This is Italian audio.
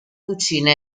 cucina